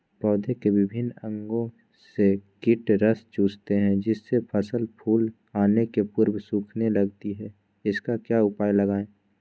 पौधे के विभिन्न अंगों से कीट रस चूसते हैं जिससे फसल फूल आने के पूर्व सूखने लगती है इसका क्या उपाय लगाएं?